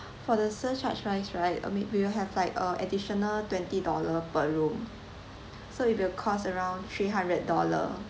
for the surcharge wise right I mean we'll have like uh additional twenty dollar per room so it will cost around three hundred dollar